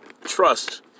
Trust